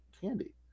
candy